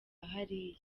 hariya